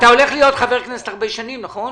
אתה הולך להיות חבר כנסת הרבה שנים, נכון